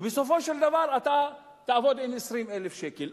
ובסופו של דבר אתה תעבוד עם 20,000 שקל.